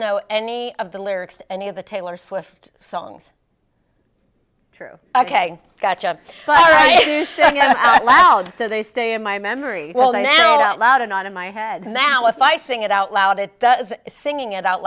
know any of the lyrics to any of the taylor swift songs true ok gotcha so they stay in my memory well now loud and not in my head now if i sing it out loud it does singing it out